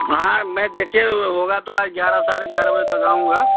हाँ मैं देखिए होगा तो आज ग्यारह साढ़े ग्यारह बजे तक आऊँगा